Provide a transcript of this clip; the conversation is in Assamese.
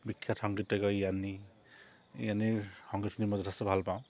বিখ্যাত সংগীতজ্ঞ ইয়ানি ইয়ানিৰ সংগীতখিনি মই যথেষ্ট ভাল পাওঁ